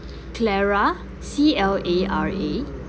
clara C L A R A